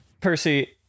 Percy